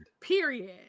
Period